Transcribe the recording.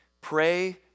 Pray